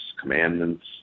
commandments